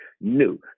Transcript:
new